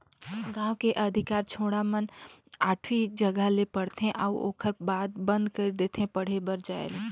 गांव के अधिकार छौड़ा मन आठवी जघा ले पढ़थे अउ ओखर बाद बंद कइर देथे पढ़े बर नइ जायें